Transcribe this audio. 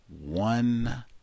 one